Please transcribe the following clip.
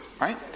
right